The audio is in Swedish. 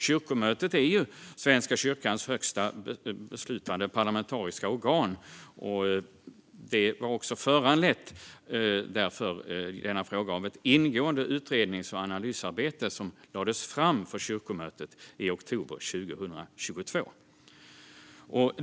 Kyrkomötet är Svenska kyrkans högsta beslutande parlamentariska organ, och diskussionen föranleddes av ett ingående utrednings och analysarbete som lades fram för kyrkomötet i oktober 2022.